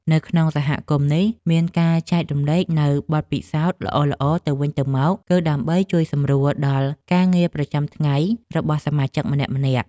នៅក្នុងសហគមន៍នេះមានការចែករំលែកនូវបទពិសោធន៍ល្អៗទៅវិញទៅមក គឺដើម្បីជួយសម្រួលដល់ការងារប្រចាំថ្ងៃរបស់សមាជិកម្នាក់ៗ។